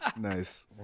Nice